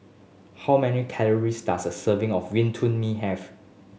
how many calories does a serving of mee have